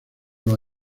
los